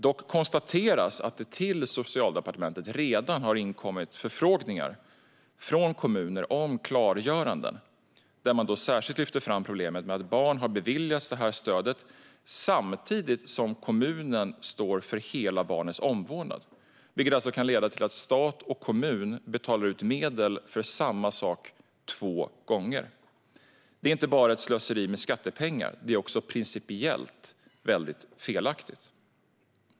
Dock konstateras att det till Socialdepartementet redan har inkommit förfrågningar från kommuner om klargöranden där man särskilt lyfter fram problemet med att barn har beviljats det här stödet samtidigt som kommunen står för hela barnets omvårdnad, vilket alltså kan leda till att stat och kommun betalar ut medel för samma sak två gånger. Detta är inte bara ett slöseri med skattepengar; det är också principiellt felaktigt.